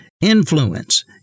influence